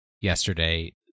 yesterday